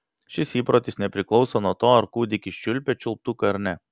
šis įprotis nepriklauso nuo to ar kūdikis čiulpia čiulptuką ar ne